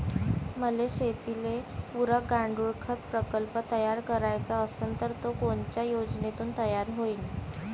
मले शेतीले पुरक गांडूळखत प्रकल्प तयार करायचा असन तर तो कोनच्या योजनेतून तयार होईन?